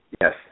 Yes